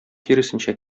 киресенчә